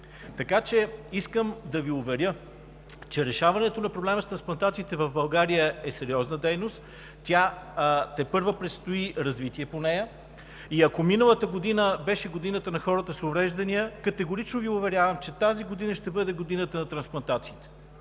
области. Искам да Ви уверя, че решаването на проблема с трансплантациите в България е сериозна дейност. Тепърва предстои развитие по нея. Ако миналата година беше годината на хората с увреждания, категорично Ви уверявам, че тази година ще бъде годината на трансплантациите.